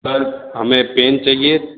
sir हमें pen चाहिए